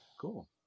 Cool